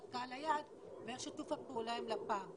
קהל היעד ואיך שיתוף הפעולה עם לפ"מ,